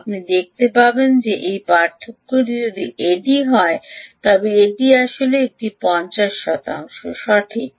আপনি দেখতে পাবেন যে এই পার্থক্যটি যদি এটি হয় তবে এটি আসল এটি 50 শতাংশ সঠিক